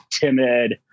timid